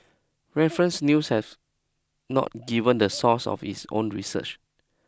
reference news has not given the source of its own research